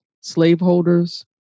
slaveholders